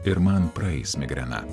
ir man praeis migrena